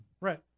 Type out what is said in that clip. right